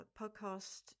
podcast